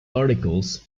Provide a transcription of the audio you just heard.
articles